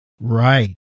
Right